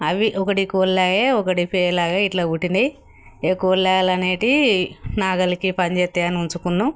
అవి ఒకటి కోళ్లు ఆయా ఒకటి ఫీమేల్ ఆయా ఇట్లా పుట్టినాయి ఈ కోళ్ళ లాగ అనేవి నాగలికి పనిచేస్తాయని ఉంచుకున్నాం